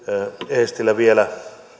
eestilä vielä